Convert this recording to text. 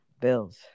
Bills